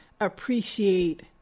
appreciate